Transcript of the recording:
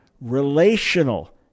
relational